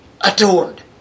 adored